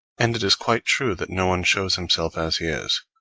and it is quite true that no one shows himself as he is,